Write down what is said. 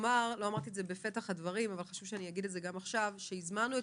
אמרתי בפתח הדברים וחשוב שאני אומר עכשיו שהזמנו את